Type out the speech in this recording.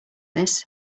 this